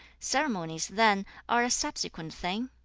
ceremonies then are a subsequent thing